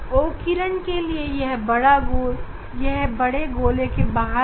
O किरण के लिए यह गोल बड़ा और बाहर है